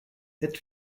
hit